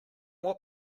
what